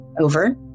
over